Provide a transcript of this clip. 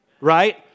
Right